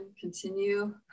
continue